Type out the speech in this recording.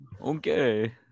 Okay